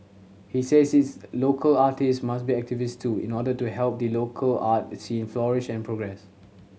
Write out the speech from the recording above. he says is local artist must be activist too in order to help the local art scene flourish and progress